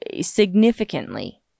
significantly